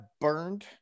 burned